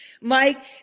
Mike